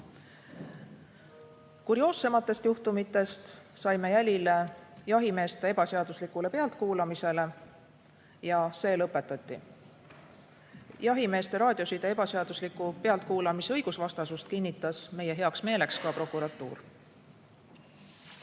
Kurioossematest juhtumitest saime jälile jahimeeste ebaseaduslikule pealtkuulamisele ja see lõpetati. Jahimeeste raadioside ebaseadusliku pealtkuulamiste õigusvastasust kinnitas meie heameeleks ka Riigiprokuratuur.